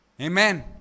Amen